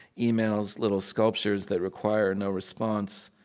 emails little sculptures that require no response,